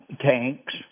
tanks